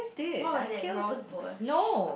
what was that rose bush